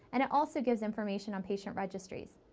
and it also gives information on patient registries.